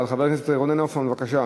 אבל, חבר הכנסת רונן הופמן, בבקשה.